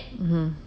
mmhmm